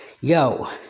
Yo